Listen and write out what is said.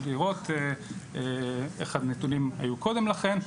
בשביל לראות איך הנתונים היו קודם לכן,